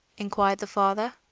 inquired the father.